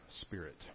spirit